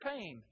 pain